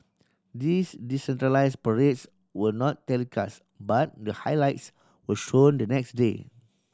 these decentralise parades were not telecast but the highlights were shown the next day